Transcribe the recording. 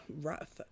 rough